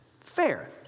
Fair